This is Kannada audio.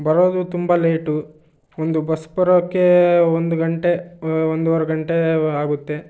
ಬರೋದು ತುಂಬ ಲೇಟು ಒಂದು ಬಸ್ ಬರೋಕ್ಕೆ ಒಂದು ಗಂಟೆ ಒಂದೂವರೆ ಗಂಟೆ ಆಗುತ್ತೆ